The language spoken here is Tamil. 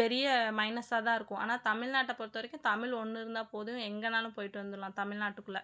பெரிய மைனஸாக தான் இருக்கும் ஆனால் தமிழ்நாட்ட பொறுத்த வரைக்கும் தமிழ் ஒன்று இருந்தால் போதும் எங்கேனாலும் போய்ட்டு வந்துடலாம் தமிழ்நாட்டுக்குள்ள